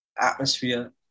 Atmosphere